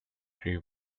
tree